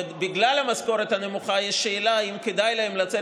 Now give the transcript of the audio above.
ובגלל המשכורת הנמוכה יש שאלה אם כדאי להן לצאת